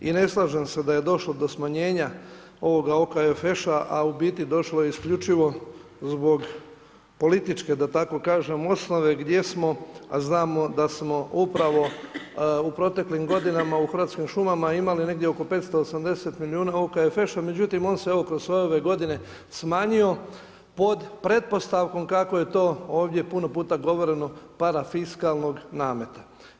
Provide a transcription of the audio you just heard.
I ne slažem se da je došlo do smanjenja ovoga OKFEŠA, a u biti došlo je isključivo zbog političke da tako kažem osnove, gdje smo, a znamo da smo upravo u proteklim godinama u hrvatskim šumama imali negdje oko 580 milijuna OKFŠ, međutim, on se evo, kroz sve ove godine smanjio, pod pretpostavkom kako je to ovdje puno puta govoreno parafiskalnog nameta.